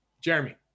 Jeremy